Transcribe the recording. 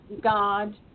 God